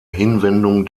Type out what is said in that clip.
hinwendung